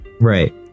Right